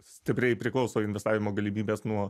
stipriai priklauso investavimo galimybės nuo